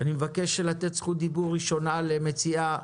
מבקש לתת זכות דיבור ראשונה למציעת